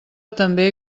també